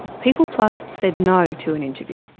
peopleplus said no to an interview,